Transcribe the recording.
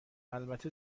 البته